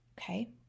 okay